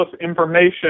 information